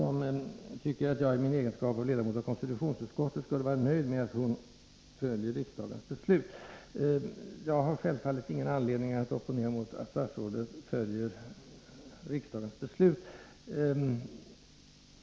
Hon tycker att jag i min egenskap av ledamot av konstitutionsutskottet skulle vara nöjd med att hon följer riksdagens beslut. Självfallet har jag ingen anledning att opponera mot att statsrådet följer riksdagens beslut.